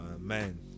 man